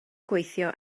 gweithio